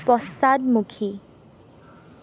পশ্চাদমুখী